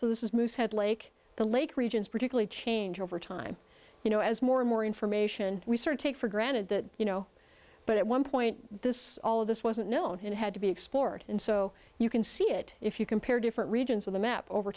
so this is moosehead lake the lake regions particularly change over time you know as more and more information we start to take for granted that you know but at one point this all of this wasn't known and had to be explored and so you can see it if you compare different regions of the map over